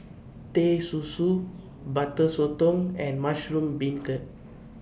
Teh Susu Butter Sotong and Mushroom Beancurd